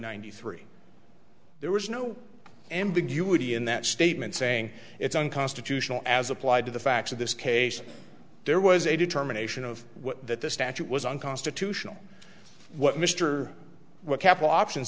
ninety there was no ambiguity in that statement saying it's unconstitutional as applied to the facts of this case there was a determination of what that the statute was unconstitutional what mr what capital option